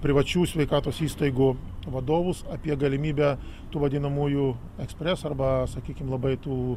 privačių sveikatos įstaigų vadovus apie galimybę tų vadinamųjų ekspres arba sakykim labai tų